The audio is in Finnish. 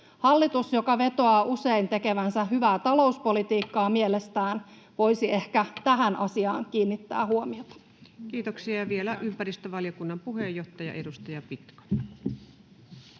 Hallitus, joka vetoaa usein tekevänsä mielestään hyvää talouspolitiikkaa, voisi ehkä tähän asiaan kiinnittää huomiota. Kiitoksia. — Ja vielä ympäristövaliokunnan puheenjohtaja, edustaja Pitko.